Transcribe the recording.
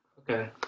Okay